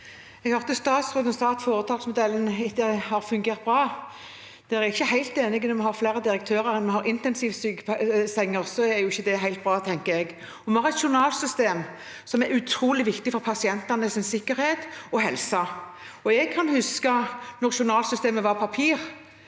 Jeg hørte statsråden si at foretaksmodellen hittil har fungert bra. Der er jeg ikke helt enig, for når vi har flere direktører enn vi har intensivsenger, er ikke det helt bra, tenker jeg. Vi har et journalsystem som er utrolig viktig for pasientenes sikkerhet og helse. Jeg kan huske da journalsystemet var på papir.